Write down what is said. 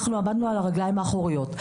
עמדנו על הרגליים האחוריות.